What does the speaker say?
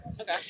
Okay